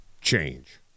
change